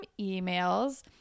emails